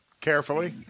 carefully